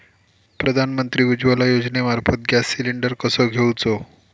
प्रधानमंत्री उज्वला योजनेमार्फत gas cylinder कसो घेऊचो?